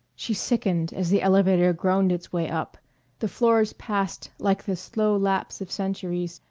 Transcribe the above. she sickened as the elevator groaned its way up the floors passed like the slow lapse of centuries,